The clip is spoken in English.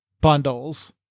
bundles